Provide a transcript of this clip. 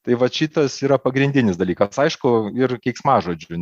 tai vat šitas yra pagrindinis dalykas aišku ir keiksmažodžių